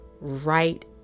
right